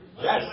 Yes